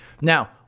Now